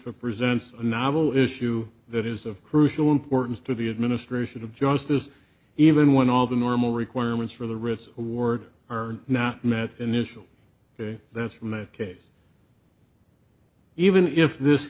a presents a novel issue that is of crucial importance to the administration of justice even when all the normal requirements for the ritz award are not met initial ok that's from the case even if this